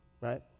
right